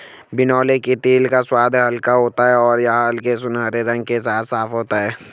बिनौले के तेल का स्वाद हल्का होता है और यह हल्के सुनहरे रंग के साथ साफ होता है